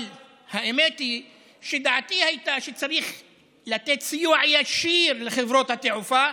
אבל האמת היא שדעתי הייתה שצריך לתת סיוע ישיר לחברות התעופה,